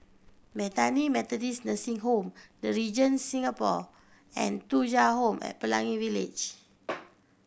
Bethany Methodist Nursing Home The Regent Singapore and Thuja Home at Pelangi Village